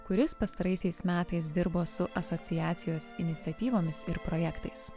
kuris pastaraisiais metais dirbo su asociacijos iniciatyvomis ir projektais